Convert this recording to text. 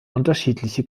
unterschiedliche